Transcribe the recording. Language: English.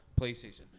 PlayStation